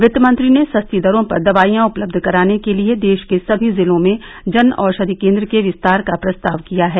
वित्तमंत्री ने सस्ती दरों पर दवाईयां उपलब्ध कराने के लिए देश के सभी जिलों में जनऔषधि केंद्र के विस्तार का प्रस्ताव किया है